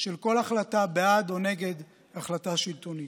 של כל החלטה, בעד או נגד החלטה שלטונית.